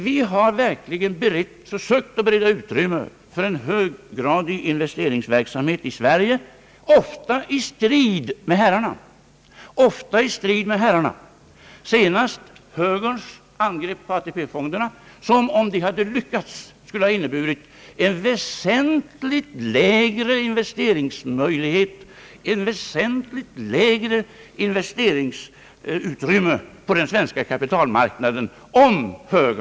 Vi har verkligen försökt att bereda utrymme för en höggradig investeringsverksamhet i Sverige, ofta i strid med herrarna. Senast mötte vi högerns angrepp på ATP-fonderna som, om det hade lyckats, hade inneburit en väsentlig lägre investeringsmöjlighet och ett avsevärt minskat investeringsutrymme på den svenska kapitalmarknaden.